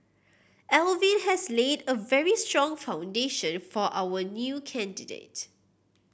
Alvin has laid a very strong foundation for our new candidate